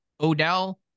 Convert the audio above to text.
Odell